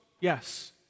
yes